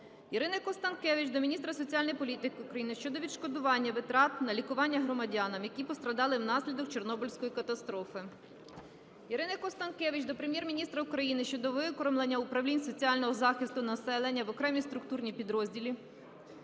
Ірини Констанкевич до міністра соціальної політики України щодо відшкодування витрат на лікування громадянам, які постраждали внаслідок Чорнобильської катастрофи. Ірини Констанкевич до Прем'єр-міністра України щодо виокремлення управлінь соціального захисту населення в окремі структурні підрозділі